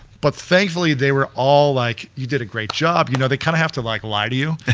but thankfully, they were all like, you did a great job. you know, they kinda have to like lie to you.